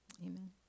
Amen